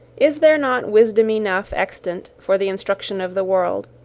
is there not wisdom enough extant for the instruction of the world?